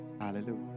Hallelujah